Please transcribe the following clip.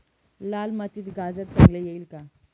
लाल मातीत गाजर चांगले येईल का?